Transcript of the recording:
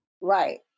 right